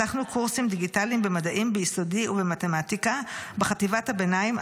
פתחנו קורסים דיגיטליים במדעים ביסודי ובמתמטיקה בחטיבת הביניים,